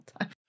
time